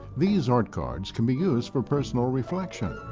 these art cards can be used for personal reflection,